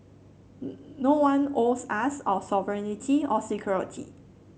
no one owes us our sovereignty or security